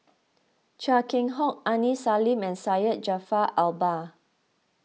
Chia Keng Hock Aini Salim and Syed Jaafar Albar